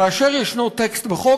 כאשר ישנו טקסט בחוק,